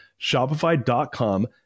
Shopify.com